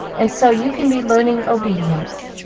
and so you can be learning obedience.